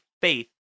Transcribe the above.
faith